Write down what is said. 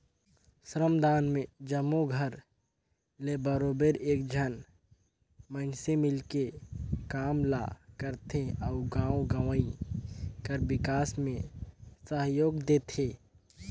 श्रमदान में जम्मो घर ले बरोबेर एक झन मइनसे मिलके काम ल करथे अउ गाँव गंवई कर बिकास में सहयोग देथे